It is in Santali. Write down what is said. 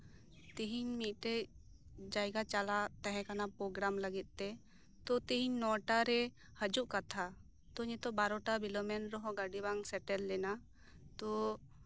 ᱛᱤᱦᱤᱧ ᱢᱤᱫᱴᱮᱡ ᱡᱟᱭᱜᱟ ᱪᱟᱞᱟᱜ ᱛᱟᱸᱦᱮ ᱠᱟᱱᱟ ᱯᱨᱳᱜᱨᱟᱢ ᱞᱟᱹᱜᱤᱫ ᱛᱮ ᱦᱤᱡᱩᱜ ᱠᱟᱛᱷᱟ ᱛᱳ ᱱᱤᱛᱚᱜ ᱵᱟᱨᱚᱴᱟ ᱵᱤᱞᱚᱢ ᱮᱱ ᱨᱮᱦᱚᱸ ᱚᱴᱳ ᱵᱟᱝ ᱥᱮᱴᱮᱨ ᱞᱮᱱᱟ ᱛᱳ